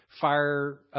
fire